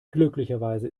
glücklicherweise